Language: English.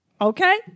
Okay